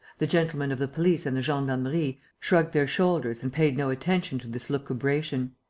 the gentlemen of the police and the gendarmerie shrugged their shoulders and paid no attention to this lucubration.